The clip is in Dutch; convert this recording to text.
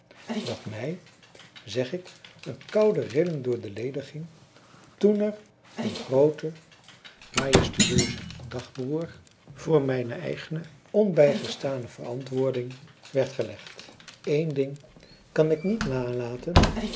dat mij zeg ik een koude rilling door de leden ging toen er een groote majestueuze dagbroer voor mijne eigene onbijgestane verantwoording werd gelegd eén ding kan ik niet nalaten